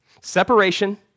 Separation